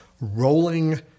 rolling